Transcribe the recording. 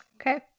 Okay